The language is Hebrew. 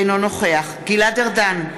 אינו נוכח גלעד ארדן,